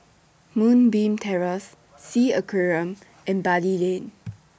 Moonbeam Terrace S E A Aquarium and Bali Lane